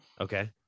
Okay